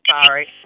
sorry